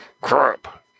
crap